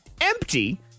empty